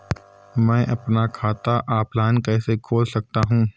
मैं अपना खाता ऑफलाइन कैसे खोल सकता हूँ?